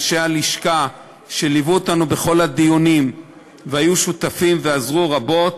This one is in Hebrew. לאנשי הלשכה שליוו אותנו בכל הדיונים והיו שותפים ועזרו רבות,